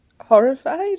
horrified